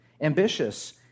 ambitious